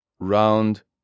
round